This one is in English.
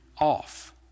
off